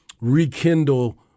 rekindle